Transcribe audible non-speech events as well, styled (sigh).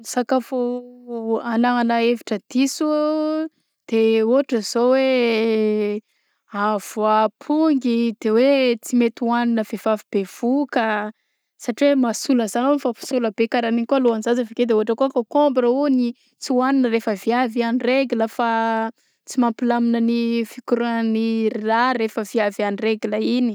Sakafo agnanana hevitra diso de ôhatra zao hoe (hesitation) a voam-pongy de hoe tsy mety hohagnina vevavy bevoka satria mahasola zan fa f- sola be karaha an'igny kô lôhanjaza avy akeo de ôhatra hoe kôkômbra hono tsy hohanina rehefa viavy en règle fa (hesitation) tsy mampilamina ny fikorahan'ny ra rehefa viavy en règle igny.